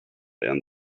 and